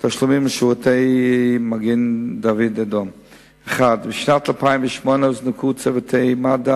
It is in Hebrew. שאל את שר הבריאות ביום כ"ג בתמוז התשס"ט (15 ביולי 2009):